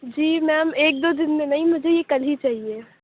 جی ma'am ایک دو دِن میں نہیں مجھے یہ کل ہی چاہیے